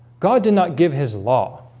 god did not give his law